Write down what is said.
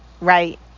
Right